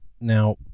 Now